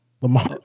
lamar